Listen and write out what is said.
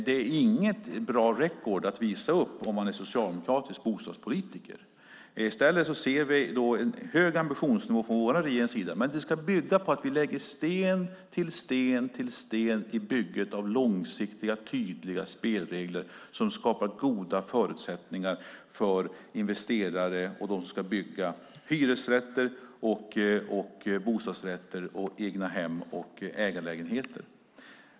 Det är inget bra record att visa upp om man är socialdemokratisk bostadspolitiker. I stället ser vi en hög ambitionsnivå från vår regerings sida. Men det ska bygga på att vi lägger sten till sten till sten i bygget av långsiktiga, tydliga spelregler som skapar goda förutsättningar för investerare och de som ska bygga hyresrätter, bostadsrätter, egnahem och ägarlägenheter.